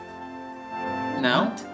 No